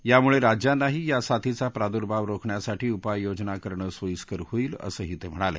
यामुळे राज्यांनाही या साथीचा प्रादुर्भाव रोखण्यासाठी उपाययोजनाकरणं सोयीस्कर होईल असंही ते म्हणाले